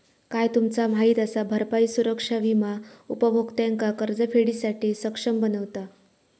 काय तुमचा माहित असा? भरपाई सुरक्षा विमा उपभोक्त्यांका कर्जफेडीसाठी सक्षम बनवता